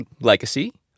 legacy